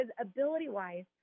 ability-wise